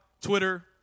Twitter